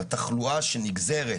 בתחלואה שנגזרת